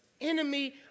enemy